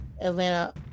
Atlanta